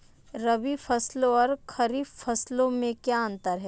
रबी फसलों और खरीफ फसलों में क्या अंतर है?